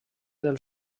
del